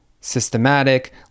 systematic